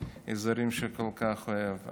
האזורים שהוא כל כך אוהב.